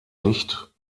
nicht